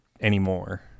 anymore